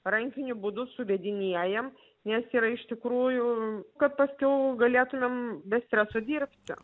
rankiniu būdu suvedinėjam nes yra iš tikrųjų kad paskiau galėtumėm be streso dirbti